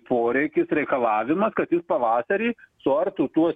poreikis reikalavimas kad jis pavasarį suartų tuos